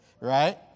right